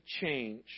change